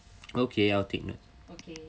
okay I'll take note lah